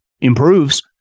improves